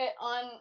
on